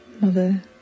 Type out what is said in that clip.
Mother